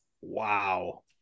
Wow